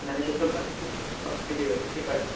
نہٕ مےٚ چھِ صُبنحَس سُلی نیرُن باہ بجے حظ ٹِکَٹ